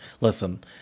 listen